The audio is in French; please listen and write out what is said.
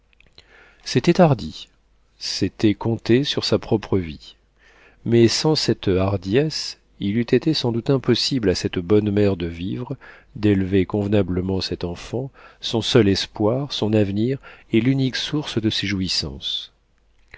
c'était hardi c'était compter sur sa propre vie mais sans cette hardiesse il eût été sans doute impossible à cette bonne mère de vivre d'élever convenablement cet enfant son seul espoir son avenir et l'unique source de ses jouissances